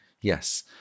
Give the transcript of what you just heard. Yes